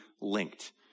linked